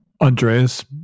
Andreas